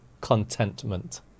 contentment